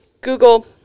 Google